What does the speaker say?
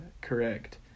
correct